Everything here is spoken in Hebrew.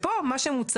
אם וועדת